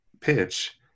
pitch